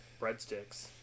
breadsticks